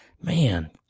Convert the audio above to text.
man